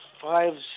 five